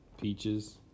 peaches